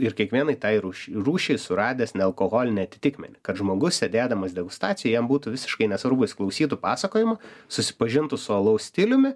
ir kiekvienai tai rūš rūšiai suradęs nealkoholinį atitikmenį kad žmogus sėdėdamas degustacijoj jam būtų visiškai nesvarbu jis klausytų pasakojimų susipažintu su alaus stiliumi